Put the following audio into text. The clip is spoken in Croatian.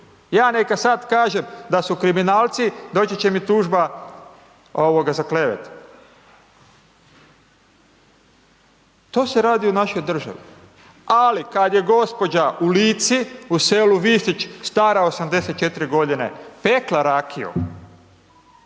Ja neka sada kažem, da su kriminalci, doći će mi tužba za klevetu. To se radi u našoj državi. Ali, kada je gđa. u Lici, u selu …/Govornik se ne razumije./… stara 84 godine pekla rakiju,